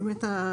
בפסקה (10(א),